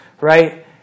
right